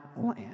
land